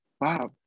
wow